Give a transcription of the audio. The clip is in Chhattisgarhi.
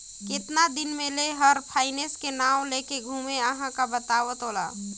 केतना दिन ले मे हर फायनेस के नाव लेके घूमें अहाँ का बतावं तोला